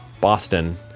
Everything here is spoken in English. Boston